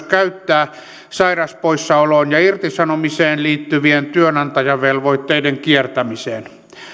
käyttää myös sairauspoissaoloihin ja irtisanomiseen liittyvien työnantajavelvoitteiden kiertämiseen